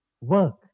work